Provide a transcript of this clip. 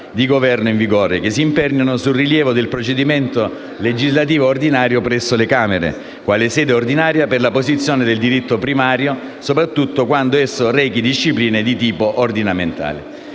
di governo in vigore, che si imperniano sul rilievo del procedimento legislativo ordinario presso le Camere, quale sede ordinaria per la posizione del diritto primario, soprattutto quando esso rechi discipline di tipo ordinamentale.